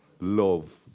love